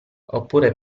oppure